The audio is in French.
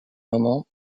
moment